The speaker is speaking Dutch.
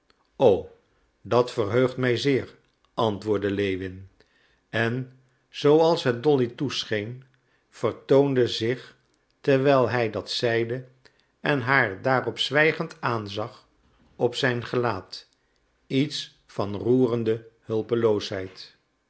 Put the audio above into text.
o dat verheugt mij zeer antwoordde lewin en zooals het dolly toescheen vertoonde zich terwijl hij dat zeide en haar daarop zwijgend aanzag op zijn gelaat iets van roerende hulpeloosheid